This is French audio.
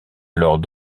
alors